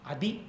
Adi